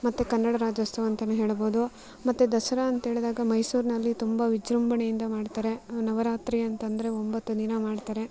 ಮತ್ತು ಕನ್ನಡ ರಾಜ್ಯೋತ್ಸವ ಅಂತಾನು ಹೇಳ್ಬೋದು ಮತ್ತು ದಸರಾ ಅಂತ ಹೇಳಿದಾಗ ಮೈಸೂರಿನಲ್ಲಿ ತುಂಬ ವಿಜೃಂಭಣೆಯಿಂದ ಮಾಡ್ತಾರೆ ನವರಾತ್ರಿ ಅಂತ ಅಂದರೆ ಒಂಬತ್ತು ದಿನ ಮಾಡ್ತಾರೆ